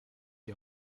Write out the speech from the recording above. die